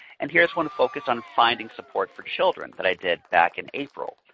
and here's one focused on finding support for children that i did back in april.